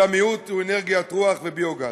והמיעוט הוא אנרגיית רוח וביו-גז.